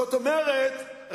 זאת אומרת,